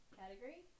category